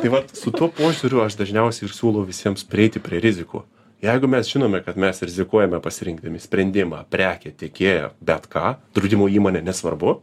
tai vat su tuo požiūriu aš dažniausiai ir siūlau visiems prieiti prie rizikų jeigu mes žinome kad mes rizikuojame pasirinkdami sprendimą prekę tiekėją bet ką draudimo įmonę nesvarbu